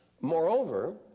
Moreover